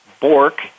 Bork